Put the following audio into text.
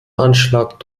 anschlag